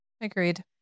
Agreed